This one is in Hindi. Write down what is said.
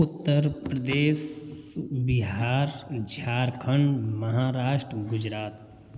उत्तर प्रदेश बिहार झारखंड महाराष्ट्र गुजरात